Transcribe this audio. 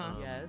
yes